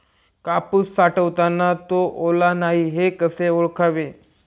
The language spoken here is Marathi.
कापूस साठवताना तो ओला नाही हे कसे ओळखावे?